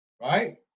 right